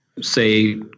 say